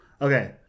Okay